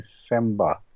December